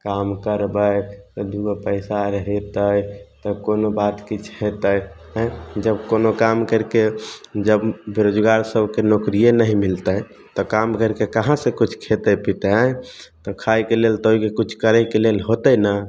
काम करबय तऽ दूगो पैसा हेतय तऽ कोनो बात किछु हेतय जब कोनो काम करिके जब बेरोजगार सबके नोकरिये नहि मिलतय तऽ काम करिकऽ कहाँसँ कुछ खेतय पीतय आँइ तऽ खाइके लेल कुछ करयके लेल होतय ने